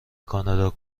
کانادا